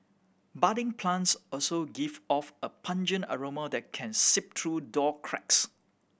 budding plants also give off a pungent aroma that can seep through door cracks